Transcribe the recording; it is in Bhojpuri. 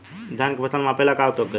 धान के फ़सल मापे ला का उपयोग करी?